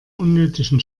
unnötigen